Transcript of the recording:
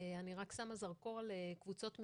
אני רק שמה זרקור על קבוצות מיקוד: